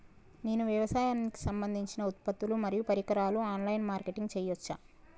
నేను వ్యవసాయానికి సంబంధించిన ఉత్పత్తులు మరియు పరికరాలు ఆన్ లైన్ మార్కెటింగ్ చేయచ్చా?